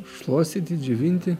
šluostyti džiovinti